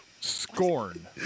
Scorn